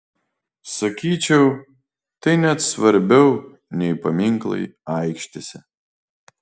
sakyčiau tai net svarbiau nei paminklai aikštėse